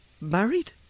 married